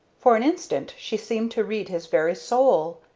for an instant she seemed to read his very soul.